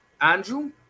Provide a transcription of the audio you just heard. Andrew